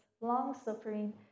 long-suffering